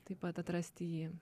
taip pat atrasti jį